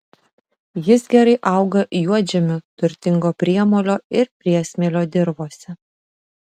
jis gerai auga juodžemiu turtingo priemolio ir priesmėlio dirvose